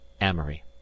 amory